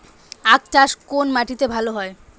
আখ চাষ কোন মাটিতে ভালো হয়?